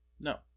No